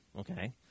Okay